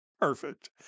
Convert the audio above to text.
perfect